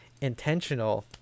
intentional